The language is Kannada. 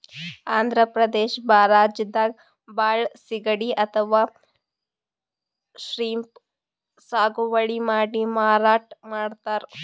ಆಂಧ್ರ ಪ್ರದೇಶ್ ರಾಜ್ಯದಾಗ್ ಭಾಳ್ ಸಿಗಡಿ ಅಥವಾ ಶ್ರೀಮ್ಪ್ ಸಾಗುವಳಿ ಮಾಡಿ ಮಾರಾಟ್ ಮಾಡ್ತರ್